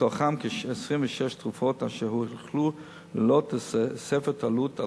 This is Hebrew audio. בתוכן כ-26 תרופות אשר הוכללו ללא תוספת עלות על